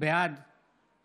בעד